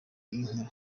inka